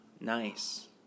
Nice